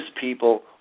people